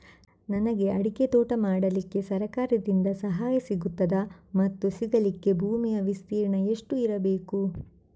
ನನಗೆ ಅಡಿಕೆ ತೋಟ ಮಾಡಲಿಕ್ಕೆ ಸರಕಾರದಿಂದ ಸಹಾಯ ಸಿಗುತ್ತದಾ ಮತ್ತು ಸಿಗಲಿಕ್ಕೆ ಭೂಮಿಯ ವಿಸ್ತೀರ್ಣ ಎಷ್ಟು ಇರಬೇಕು?